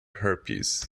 herpes